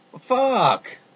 Fuck